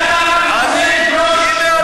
הנה, אני אענה לך בדיוק,